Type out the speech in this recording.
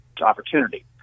opportunity